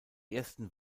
ersten